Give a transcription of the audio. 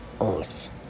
earth